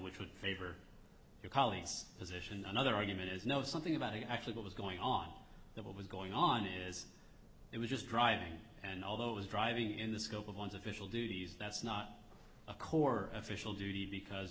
which would favor your colleagues position another argument is no something about it actually what was going on that was going on is it was just driving and although it was driving in the scope of one's official duties that's not a core official duty because